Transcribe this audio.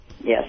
Yes